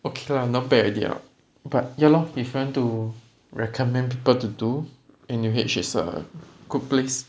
okay lah not bad already lah but ya lor if you want to recommend people to do N_U_H is a good place